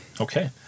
Okay